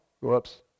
Whoops